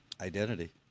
Identity